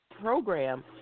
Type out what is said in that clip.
program